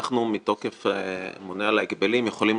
שאנחנו צריכים